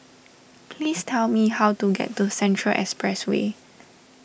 please tell me how to get to Central Expressway